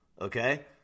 okay